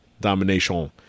domination